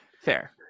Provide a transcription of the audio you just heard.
Fair